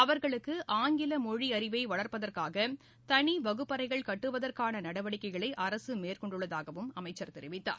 அவர்களுக்கு ஆங்கில மொழி அறிவை வளர்ப்பதற்காக தனி வகுப்பறைகள் கட்டுவதற்கான நடவடிக்கைகளை அரசு மேற்கொண்டுள்ளதாகவும் தெரிவித்தார்